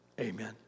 Amen